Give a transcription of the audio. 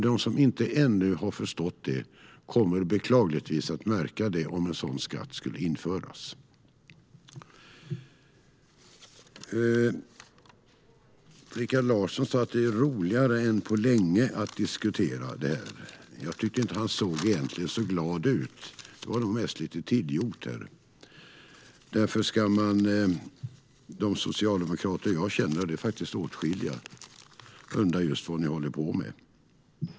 De som inte ännu har förstått det kommer beklagligtvis att märka det om en sådan skatt skulle införas. Rikard Larsson sa att det är roligare än på länge att diskutera det här. Jag tyckte nog inte att han såg så glad ut egentligen. Det var nog mest lite tillgjort, därför att de socialdemokrater jag känner - det är faktiskt åtskilliga - undrar just vad ni håller på med.